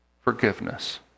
forgiveness